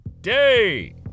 day